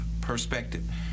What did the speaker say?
perspective